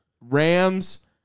Rams